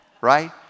right